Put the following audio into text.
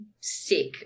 sick